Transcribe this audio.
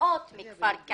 מעוד מקומות.